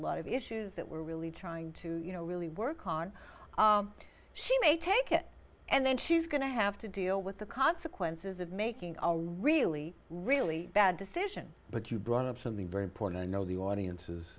lot of issues that we're really trying to you know really work hard she may take it and then she's going to have to deal with the consequences of making a really really bad decision but you brought up something very important i know the audiences